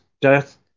death